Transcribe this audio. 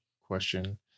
question